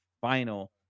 final